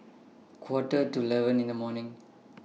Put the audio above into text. Quarter to eleven in The evening